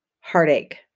heartache